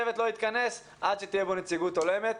שהצוות לא ייכנס עד שתהיה בו נציגות הולמת.